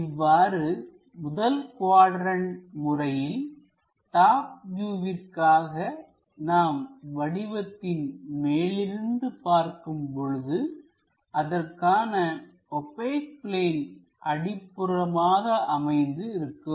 இவ்வாறு முதல் குவாட்ரண்ட் முறையில் டாப் வியூவிற்காக நாம் வடிவத்தின் மேலிருந்து பார்க்கும் பொழுது அதற்கான ஓபெக் பிளேன் அடிப்புறமாக அமைந்து இருக்கும்